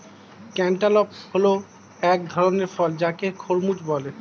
cantaloupe হল এক ধরণের ফল যাকে খরমুজ বলে